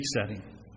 setting